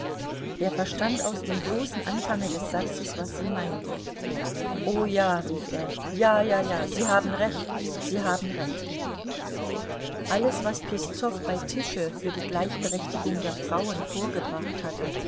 er verstand aus dem bloßen anfange des satzes was sie meinte o ja rief er ja ja ja sie haben recht sie haben recht alles was peszow bei tische für die gleichberechtigung der frauen vorgebracht hatte